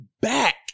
back